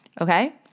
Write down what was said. okay